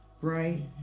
Right